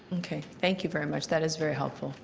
okay. thank you very much. that is very helpful.